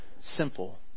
simple